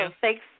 thanks